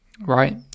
right